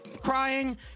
crying